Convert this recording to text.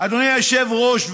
אדוני היושב-ראש,